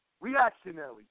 Reactionary